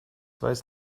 weiß